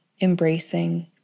embracing